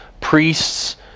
Priests